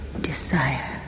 desire